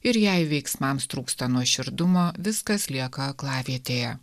ir jei veiksmams trūksta nuoširdumo viskas lieka aklavietėje